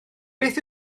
beth